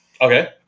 Okay